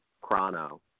chrono